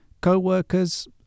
co-workers